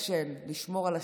פרוטקשן, לשמור על השתיקה.